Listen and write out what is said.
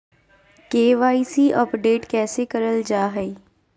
KYC update कैसे करल जाहै?